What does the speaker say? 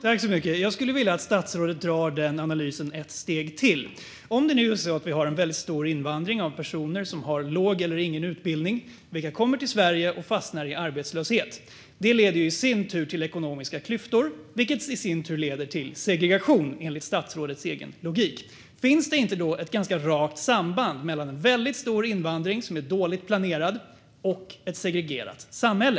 Fru talman! Jag skulle vilja att statsrådet tar den analysen ett steg till. Om vi nu har en väldigt stor invandring av personer som har låg eller ingen utbildning och som kommer till Sverige och fastnar i arbetslöshet leder det i sin tur till ekonomiska klyftor, vilket i sin tur leder till segregation, enligt statsrådets egen logik. Finns det då inte ett ganska rakt samband mellan väldigt stor invandring som är dåligt planerad och ett segregerat samhälle?